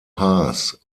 haas